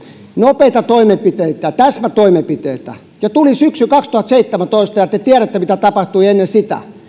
nopeita toimenpiteitä täsmätoimenpiteitä tuli syksy kaksituhattaseitsemäntoista ja te tiedätte mitä tapahtui ennen sitä